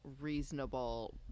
reasonable